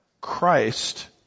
Christ